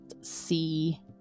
see